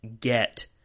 get